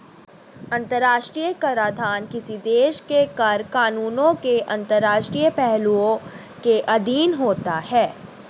अंतर्राष्ट्रीय कराधान किसी देश के कर कानूनों के अंतर्राष्ट्रीय पहलुओं के अधीन होता है